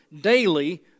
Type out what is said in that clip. daily